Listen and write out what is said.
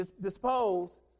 dispose